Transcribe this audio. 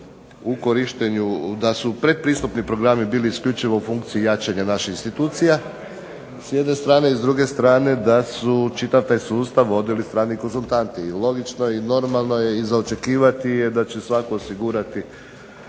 u korištenju, da su pretpristupni programi bili isključivo u funkciji jačanja naših institucija s jedne strane i s druge strane da su čitav taj sustav vodili strani konzultanti. I logično je i normalno je i za očekivati je da će svatko osigurati